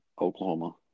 Oklahoma